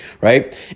right